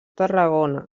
tarragona